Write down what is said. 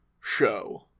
show